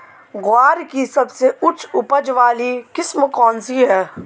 ग्वार की सबसे उच्च उपज वाली किस्म कौनसी है?